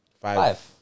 Five